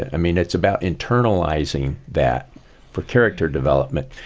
i mean it's about internalizing that for character development.